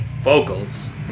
vocals